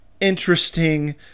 interesting